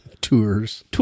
Tours